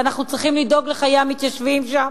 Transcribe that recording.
ואנחנו צריכים לדאוג לחיי המתיישבים שם,